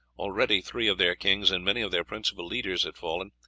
already three of their kings and many of their principal leaders had fallen,